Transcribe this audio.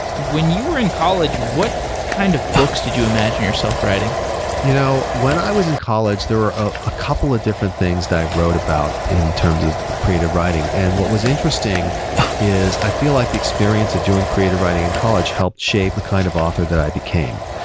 when you were in college, what kind of books did you imagine yourself writing you know when i was in college, there were are a ah couple of different things that i wrote about in terms of creative writing, and what was interesting is i feel like the experience of doing creative writing in college helped shape the kind of author that became.